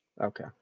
Okay